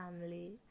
family